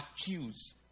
accuse